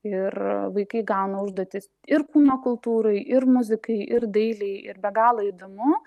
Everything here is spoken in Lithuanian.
ir vaikai gauna užduotis ir kūno kultūrai ir muzikai ir dailei ir be galo įdomu